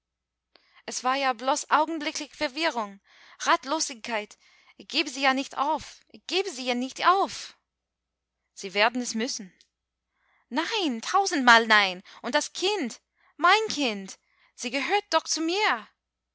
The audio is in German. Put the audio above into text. es war ja bloß augenblickliche verwirrung ratlosigkeit ich geb sie ja nicht auf ich geb sie nicht auf sie werden es müssen nein tausendmal nein und das kind mein kind sie gehört doch zu mir